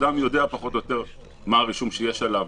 האדם יודע פחות או יותר מה הרישום שיש עליו,